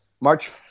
March